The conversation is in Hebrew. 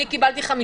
אני קיבלתי 54,